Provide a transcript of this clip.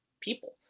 people